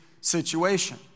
situation